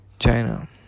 China